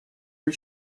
for